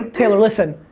taylor, listen.